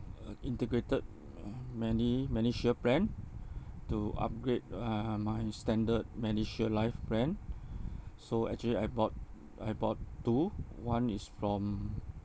uh integrated medi~ medishield plan to upgrade uh my standard medishield life plan so actually I bought I bought two one is from